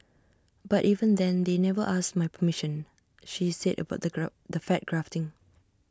but even then they never asked my permission she said about the graft the fat grafting